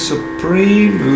Supreme